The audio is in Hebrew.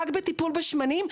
רק על טיפול בשמנים,